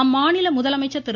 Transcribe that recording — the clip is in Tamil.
அம்மாநில முதலமைச்சர் திரு